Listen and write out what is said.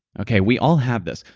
okay, we all have this.